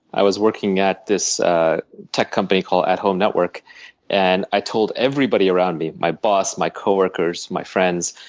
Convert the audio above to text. i was working at this tech company called at home network and i told everybody around me, my boss, my coworkers, my friends,